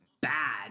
bad